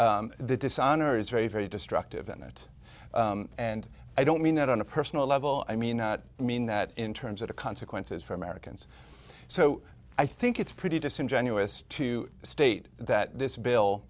the dishonor is very very destructive in it and i don't mean that on a personal level i mean i mean that in terms of the consequences for americans so i think it's pretty disingenuous to state that this bill